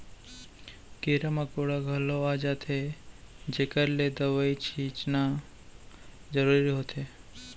कीरा मकोड़ा घलौ आ जाथें जेकर ले दवई छींचना जरूरी होथे